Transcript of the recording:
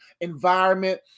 environment